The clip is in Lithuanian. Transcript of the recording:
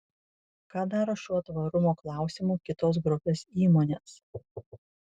ką daro šiuo tvarumo klausimu kitos grupės įmonės